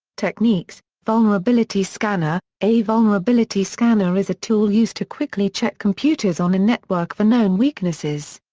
techniques vulnerability scanner a vulnerability scanner is a tool used to quickly check computers on a network for known weaknesses.